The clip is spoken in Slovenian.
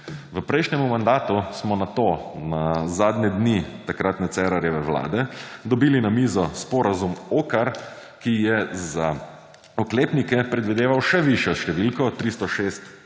V prejšnjemu mandatu smo nato zadnje dni takratne Cerarjeve vlade dobili na mizo sporazum OCCAR, ki je za oklepnike predvideval še višjo številko: 306